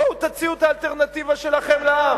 בואו תציעו את האלטרנטיבה שלכם לעם.